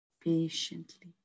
patiently